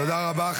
תודה רבה.